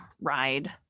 ride